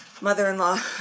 mother-in-law